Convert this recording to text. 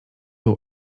był